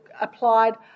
applied